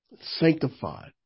sanctified